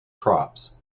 crops